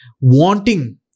wanting